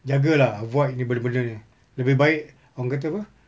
jaga lah avoid daripada benda benda ini lah lebih baik orang kata apa